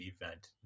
event